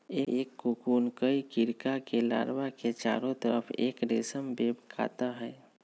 एक कोकून कई कीडड़ा के लार्वा के चारो तरफ़ एक रेशम वेब काता हई